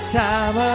time